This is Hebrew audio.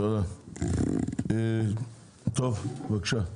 אדוני סגן השר, בבקשה,